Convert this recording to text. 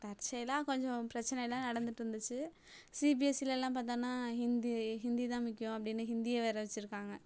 தற்செயலாக கொஞ்சம் பிரச்சனையெல்லாம் நடந்துகிட்ருந்துச்சி சிபிஎஸ்சிலலாம் பார்த்தோன்னா ஹிந்தி ஹிந்தி தான் முக்கியம் அப்படின்னு ஹிந்தியை வேற வச்சிருக்காங்கள்